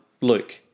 Luke